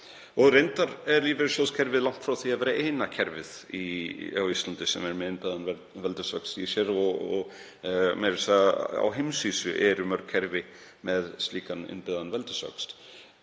Reyndar er lífeyrissjóðakerfið langt frá því að vera eina kerfið á Íslandi sem er með innbyggðan veldisvöxt í sér, meira að segja á heimsvísu eru mörg kerfi með slíkan innbyggðan veldisvöxt.